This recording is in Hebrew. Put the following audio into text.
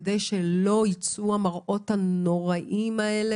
כדי שלא יצאו המראות הנוראיים האלה